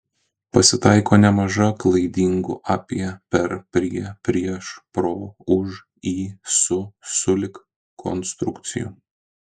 pasitaiko nemaža klaidingų apie per prie prieš pro už į su sulig konstrukcijų